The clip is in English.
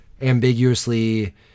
ambiguously